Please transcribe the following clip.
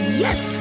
yes